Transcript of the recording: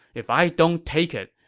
if i don't take it,